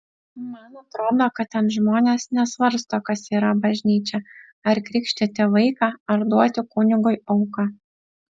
man atrodo kad ten žmonės nesvarsto kas yra bažnyčia ar krikštyti vaiką ar duoti kunigui auką